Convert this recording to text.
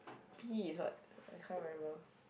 P is what I can't remember